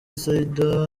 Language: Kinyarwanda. sida